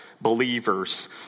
believers